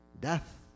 death